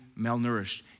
malnourished